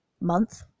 month